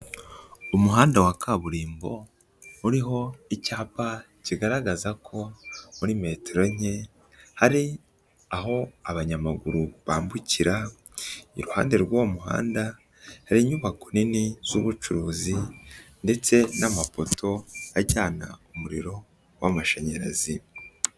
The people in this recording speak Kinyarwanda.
Umuhanda wa kaburimbo, uriho icyapa kigaragaza ko muri metero nke hari aho abanyamaguru bambukira, iruhande rw'uwo muhanda hari inyubako nini z'ubucuruzi ndetse n'amapoto ajyana umuriro w'amashanyarazi.